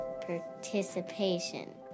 participation